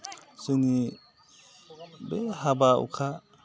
जोंनि बे हाबा हुखा